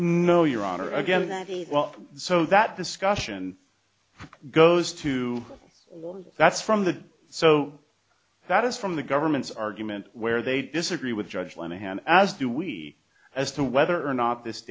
no your honor again that the well so that discussion goes to one that's from the so that is from the government's argument where they disagree with judge lend a hand as do we as to whether or not this